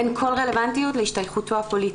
אין כל רלוונטיות להשתייכותו הפוליטית.